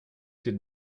did